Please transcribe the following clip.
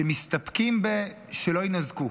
שמסתפקים ב"שלא יינזקו".